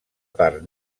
part